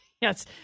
yes